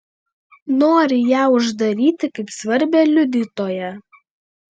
nori ją uždaryti kaip svarbią liudytoją